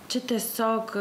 čia tiesiog